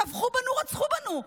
טבחו בנו, רצחו בנו.